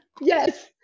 Yes